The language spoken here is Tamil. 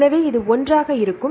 எனவே இது ஒன்றாக இருக்கும்